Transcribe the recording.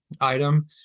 item